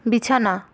বিছানা